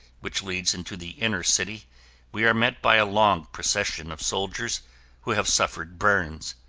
which leads into the inner city we are met by a long procession of soldiers who have suffered burns.